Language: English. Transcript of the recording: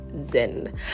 zen